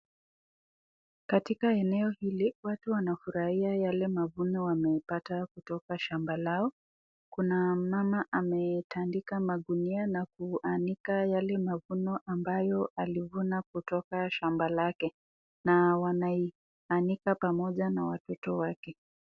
Katika eneo hili watu wanafurahia hile mafuno wamepata kutoka shamba lao, kuna mama ametandaka makinua na kuanika yale mafuno ambaye alifuna kutoka kwa shamba lake na wanaanika pamoja na watoto wake.